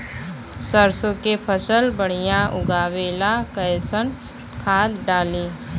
सरसों के फसल बढ़िया उगावे ला कैसन खाद डाली?